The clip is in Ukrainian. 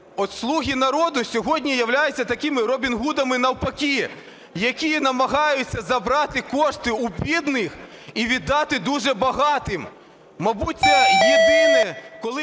от "Слуга народу" сьогодні являються такими Робінами Гудами навпаки, які намагаються забрати кошти у бідних і віддати дуже багатим. Мабуть це єдине, коли